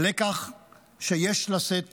הלקח שיש לשאת